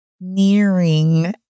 nearing